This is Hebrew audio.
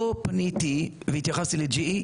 לא פניתי והתייחסתי ל-GE,